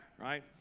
right